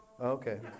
Okay